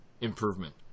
improvement